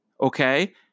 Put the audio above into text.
Okay